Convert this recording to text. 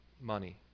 money